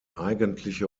eigentliche